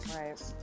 right